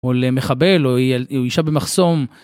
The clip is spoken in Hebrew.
או למחבל, או אישה במחסום.